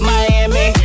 Miami